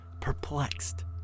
Perplexed